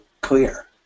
clear